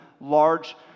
large